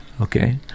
okay